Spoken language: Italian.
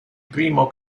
primo